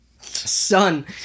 Son